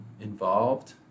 involved